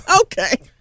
Okay